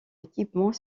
équipement